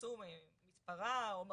נכנסו מתפרה או מרפדיה,